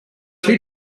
two